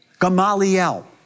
Gamaliel